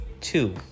two